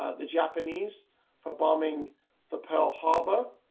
ah the japanese for bombing the pearl harbor.